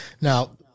now